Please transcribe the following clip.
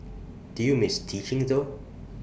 do you miss teaching though